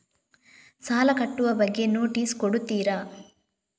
ಸಾಲ ಕಟ್ಟುವ ಬಗ್ಗೆ ನೋಟಿಸ್ ಕೊಡುತ್ತೀರ?